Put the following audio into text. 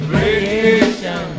radiation